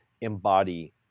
embody